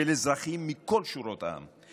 של אזרחים מכל שורות העם.